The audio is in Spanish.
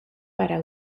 para